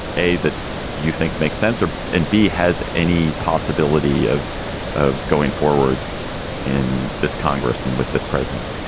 a, that you think makes sense, a and b, has any possibility of of going forward in this congress and with this president?